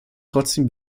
trotzdem